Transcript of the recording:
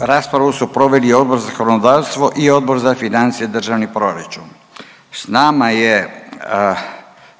Raspravu su proveli Odbor za zakonodavstvo i Odbor za financije, državni proračun. Sa nama je